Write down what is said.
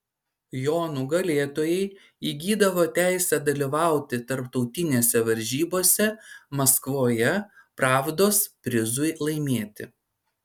jo nugalėtojai įgydavo teisę dalyvauti tarptautinėse varžybose maskvoje pravdos prizui laimėti